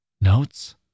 Notes